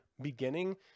beginning